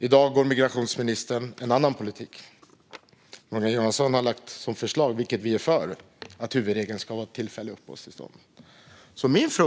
I dag för migrationsministern en annan politik. Morgan Johansson har lagt fram förslag om att huvudregeln ska vara tillfälliga uppehållstillstånd, vilket vi är för.